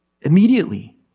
Immediately